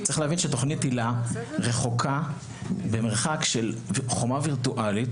צריך להבין שתוכנית היל"ה רחוקה במרחק של חומה וירטואלית